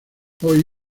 hoy